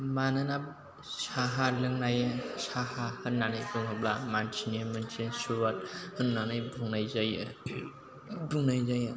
मानोना साहा लोंनाय साहा होननानै बुङोब्ला मानसिनि मोनसे सुवाद होननानै बुंनाय जायो बुंनाय जायो